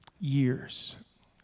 years